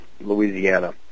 Louisiana